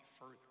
further